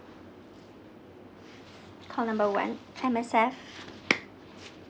call number one M_S_F